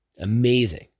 amazing